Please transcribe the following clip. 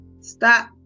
stop